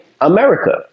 America